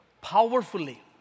powerfully